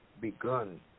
begun